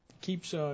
Keeps